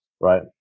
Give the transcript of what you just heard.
right